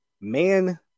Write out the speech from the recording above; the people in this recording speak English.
man